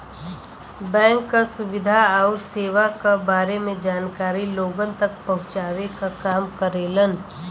bank क सुविधा आउर सेवा क बारे में जानकारी लोगन तक पहुँचावे क काम करेलन